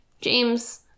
James